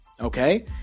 okay